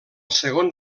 segon